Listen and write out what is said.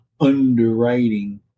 underwriting